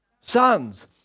sons